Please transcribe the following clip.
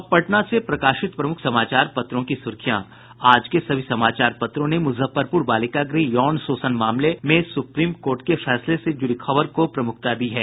अब पटना से प्रकाशित प्रमुख समाचार पत्रों की सुर्खियां आज के सभी समाचार पत्रों ने मुजफ्फरपुर बालिका गृह यौन शोषण मामले में सुप्रीम कोर्ट के फैसले से जुड़ी खबर को प्रमुखता दी है